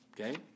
Okay